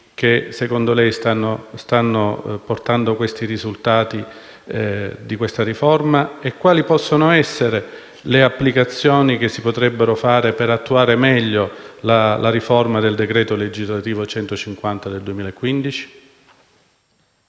che, secondo lei, stanno portando a questi risultati di questa riforma? E quali possono essere le applicazioni che si potrebbero realizzare per attuare meglio la riforma del decreto legislativo n. 150 del 2015?